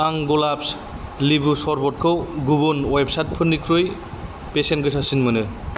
आं गुलाब्स लेबु सरबतखौ गुबुन वेबसाइटफोरनिख्रुइ बेसेन गोसासिन मोनो